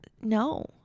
No